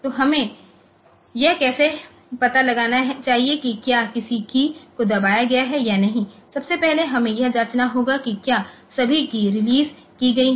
तो हमें यह कैसे पता लगाना चाहिए कि क्या किसी कीय को दबाया गया है या नहीं सबसे पहले हमें यह जांचना होगा कि क्या सभी कीय रिलीज की गई हैं